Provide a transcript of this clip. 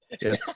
Yes